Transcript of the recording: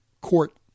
court